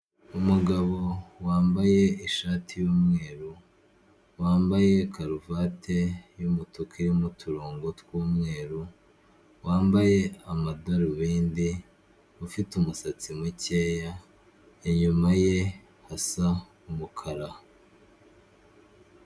Umugabo wambaye ishati y'umweru wambaye karuvati y'umutuku irimo uturongo tw'umweru, wambaye amadarubindi ufite umusatsi mukeya, inyuma ye hasa umukara.